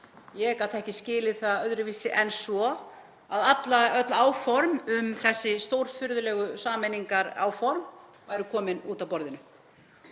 ég gat ekki skilið það öðruvísi en svo að öll áform, þessi stórfurðulegu sameiningaráform, væru komin út af borðinu.